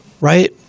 Right